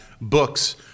books